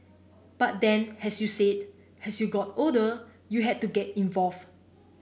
but then as you said as you got older you had to get involved